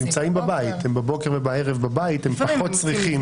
אבל הם נמצאים בבית בבוקר ובערב, הם פחות צריכים.